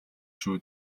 шүү